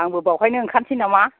आंबो बेवहायनो ओंखारनोसै नामा